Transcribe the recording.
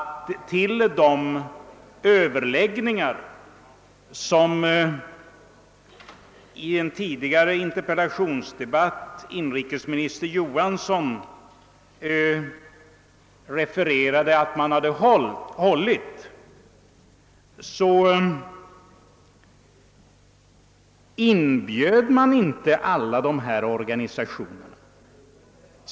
Till de överläggningar som inrikesminister Johansson i en interpellationsdebatt omtalade inbjöd man inte alla berörda organisationer.